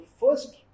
first